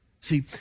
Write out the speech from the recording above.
See